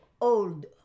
old